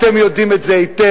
אתם יודעים את זה היטב.